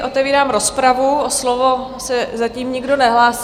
Otevírám rozpravu, o slovo se zatím nikdo nehlásí.